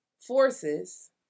forces